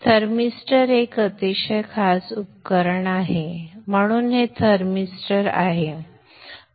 thermistor हे एक अतिशय खास उपकरण आहे म्हणून हे थर्मिस्टर आहे